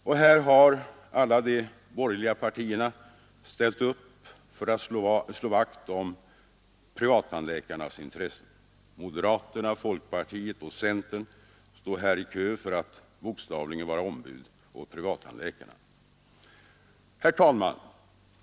Och här har alla de borgerliga partierna ställt upp för att slå vakt om privattandläkarnas intressen. Moderaterna, folkpartiet och centern står här i kö för att vara ombud åt privattandläkarna. Herr talman!